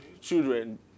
children